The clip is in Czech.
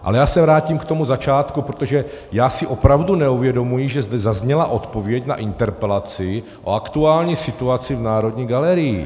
Ale já se vrátím k tomu začátku, protože já si opravdu neuvědomuji, že zde zazněla odpověď na interpelaci o aktuální situaci v Národní galerii.